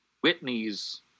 Whitney's